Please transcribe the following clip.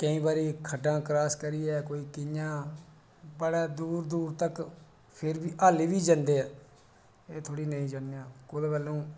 पर केईं बारी खड्डां क्रॉस करियै बड़ी दूर दूर तक्कर हल्ली बी जंदे आं एह् थोह्ड़ी कुतै बल्लै